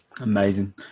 Amazing